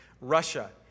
Russia